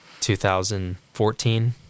2014